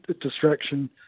distraction